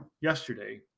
Yesterday